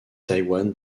taïwan